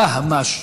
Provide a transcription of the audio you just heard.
דהמש.